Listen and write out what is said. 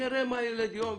נראה מה ילד יום.